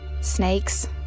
Snakes